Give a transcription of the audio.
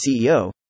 CEO